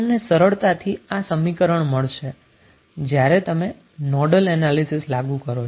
તમને સરળતાથી આ સમીકરણ મળશે જ્યારે તમે નોડલ એનાલીસીસ લાગુ કરો છો